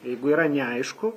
jeigu yra neaišku